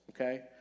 okay